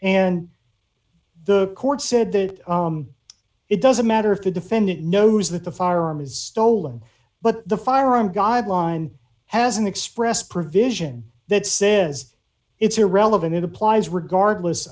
and the court said that it doesn't matter if the defendant knows that the firearm is stolen but the firearm guideline has an express provision that says it's irrelevant it applies regardless